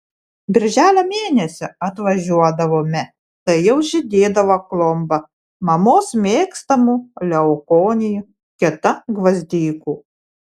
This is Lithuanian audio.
birželio mėnesį atvažiuodavome tai jau žydėdavo klomba mamos mėgstamų leukonijų kita gvazdikų